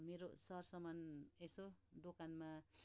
मेरो सरसामान यसो दोकानमा